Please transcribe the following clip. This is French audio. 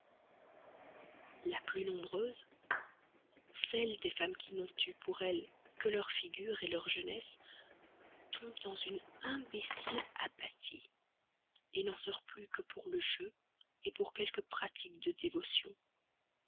la plus nombreuse celle des femmes qui n'ont eu pour elles que leur figure leur jeunesse tombe dans une imbécile apathie qui ne s'émeut plus que pour le jeu pour quelques pratiques de dévotion